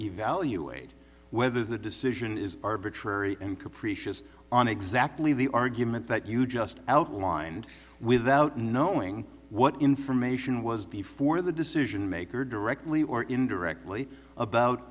evaluate whether the decision is arbitrary and capricious on exactly the argument that you just outlined without knowing what information was before the decision maker directly or indirectly about